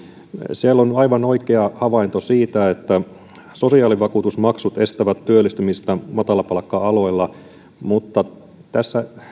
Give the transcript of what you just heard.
siellä on aivan oikea havainto siitä että sosiaalivakuutusmaksut estävät työllistymistä matalapalkka aloilla mutta tässä